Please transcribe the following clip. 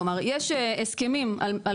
כלומר, יש הסכמים על